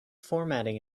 formatting